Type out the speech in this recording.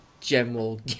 ...general